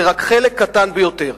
זה רק חלק קטן ביותר.